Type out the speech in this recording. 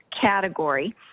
category